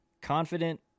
confident